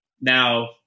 Now